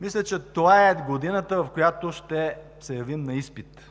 Мисля, че това е годината, в която ще се явим на изпит